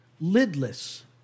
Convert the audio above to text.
lidless